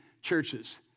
churches